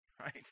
right